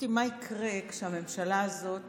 מה יקרה כשהממשלה הזאת